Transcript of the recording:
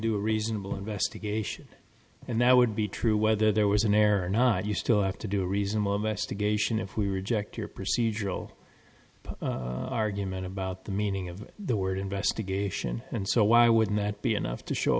do a reasonable investigation and that would be true whether there was an error or not you still have to do a reason to geisha if we reject your procedural argument about the meaning of the word investigation and so why wouldn't that be enough to show